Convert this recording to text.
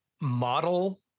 model